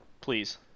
Please